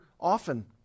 often